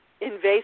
invasive